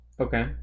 Okay